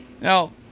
Now